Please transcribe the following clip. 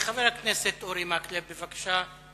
חבר הכנסת אורי מקלב, בבקשה.